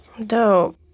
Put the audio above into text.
Dope